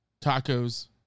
tacos